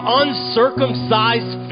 uncircumcised